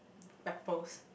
rappers